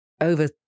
over